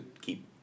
keep